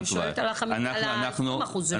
נכון, אני שואלת על העשרים אחוזים שלא מיושמים.